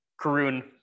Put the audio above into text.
Karun